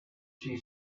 she